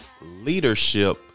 leadership